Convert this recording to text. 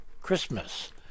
Christmas